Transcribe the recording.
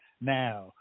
now